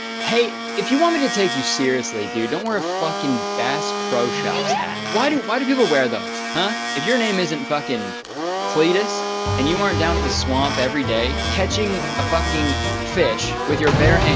hey, if you want me to take you seriously dude, don't wear a fucking bass pro shops hat. why do why do people wear those? huh? if your name isn't fucking kleetus and you aren't down at the swamp every day catching a fucking fish with your bare hands.